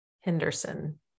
Henderson